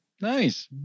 Nice